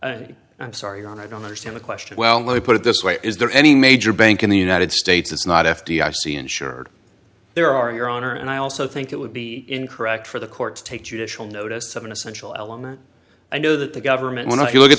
and i'm sorry i don't understand the question well let me put it this way is there any major bank in the united states is not f d i c insured there are your honor and i also think it would be incorrect for the court to take judicial notice of an essential element i know that the government when you look at